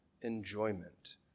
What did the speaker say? enjoyment